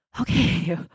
Okay